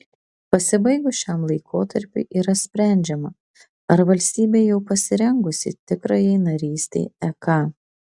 pasibaigus šiam laikotarpiui yra sprendžiama ar valstybė jau pasirengusi tikrajai narystei eka